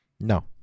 No